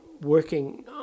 working